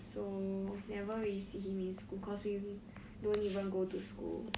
so never really see him in school cause we don't even go to school